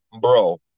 Bro